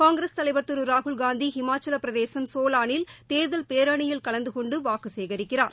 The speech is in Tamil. காங்கிரஸ் தலைவர் திரு ராகுல்காந்தி ஹிமாச்சலப்பிரதேசம் சோலானில் தேர்தல் பேரணியில் கலந்து கொண்டு வாக்கு சேகரிக்கிறார்